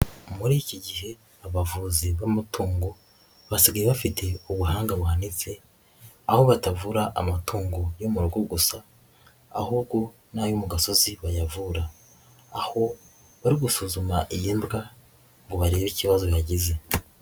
Muri iki gihe abavuzi b'amatungo basigaye bafite ubuhanga buhanitse, aho batavura amatungo yo mu rugo gusa, ahubwo n'ayo mu gasozi bayavura, aho bari gusuzuma iyi mbwa ngo barebe ikibazo yagize.